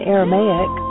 Aramaic